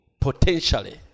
Potentially